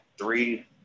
three